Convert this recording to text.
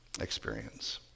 experience